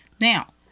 Now